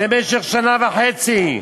במשך שנה וחצי.